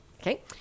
Okay